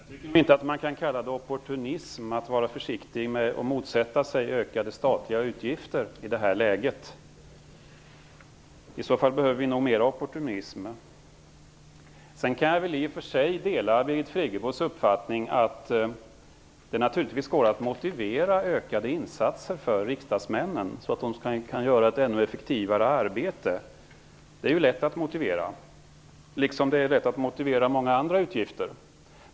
Herr talman! Jag tycker inte att man kan kalla det opportunism att vara försiktig med och motsätta sig ökade statliga utgifter i det här läget. I så fall behöver vi nog mera opportunism. Sedan kan jag i och för sig dela Birgit Friggebos uppfattning att det naturligtvis går motivera ökade insatser för riksdagsmännen så att de kan göra ett ännu effektivare arbete. Det är lätt att motivera, liksom det är lätt att motivera många andra utgifter.